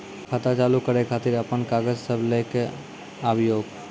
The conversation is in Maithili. खाता चालू करै खातिर आपन कागज सब लै कऽ आबयोक?